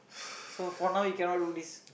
so for now you cannot do this